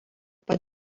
pat